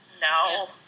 No